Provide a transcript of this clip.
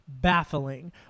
baffling